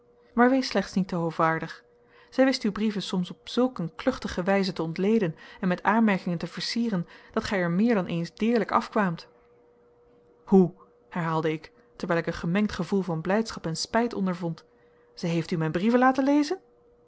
maar wees slechts niet te hoovaardig zij wist uw brieven soms op zulk een kluchtige wijze te ontleden en met aanmerkingen te versieren dat gij er meer dan eens deerlijk afkwaamt hoe herhaalde ik terwijl ik een gemengd gevoel van blijdschap en spijt ondervond zij heeft u mijn brieven laten lezen